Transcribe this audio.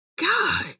God